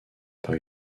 par